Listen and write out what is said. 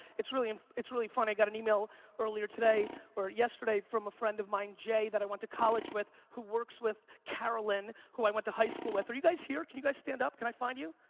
it's really um it's really fun, i got an email earlier today or yesterday from a friend of mine, jay, that i went to college with, who works with carolyn, who i went to high school with. are you guys here, can you guys stand up? can i find you?